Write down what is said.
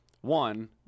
one